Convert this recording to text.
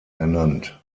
ernannt